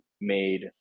made